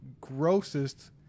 grossest